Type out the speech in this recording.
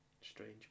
Strange